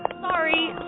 Sorry